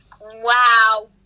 Wow